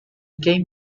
came